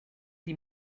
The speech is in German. sie